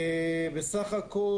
ב-2018